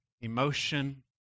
emotion